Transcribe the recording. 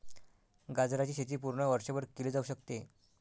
गाजराची शेती पूर्ण वर्षभर केली जाऊ शकते